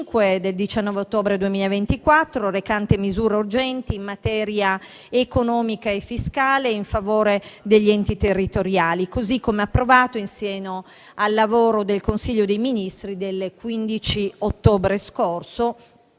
del 19 ottobre 2024, recante misure urgenti in materia economica e fiscale in favore degli enti territoriali, così come approvato in seno al lavoro del Consiglio dei ministri del 15 ottobre scorso,